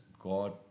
God